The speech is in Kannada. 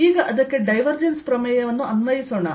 ಈಗ ಇದಕ್ಕೆ ಡೈವರ್ಜೆನ್ಸ್ ಪ್ರಮೇಯವನ್ನು ಅನ್ವಯಿಸೋಣ